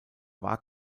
war